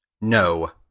No